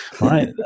Right